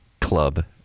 club